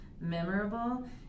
memorable